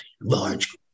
large